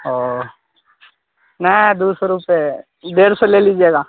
اوہ نہیں دوسروں سے ڈیڑھ سو لے لیجیے گا